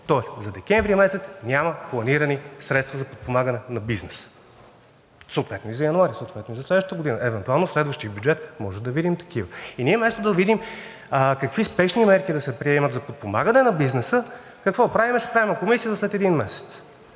тоест за декември няма планирани средства за подпомагането на бизнеса. Супер! И за януари съответно следващата година. Евентуално в следващия бюджет можем да видим такива. И ние, вместо да видим какви спешни мерки да се приемат за подпомагане на бизнеса, какво правим? Ще правим комисия за след един месец.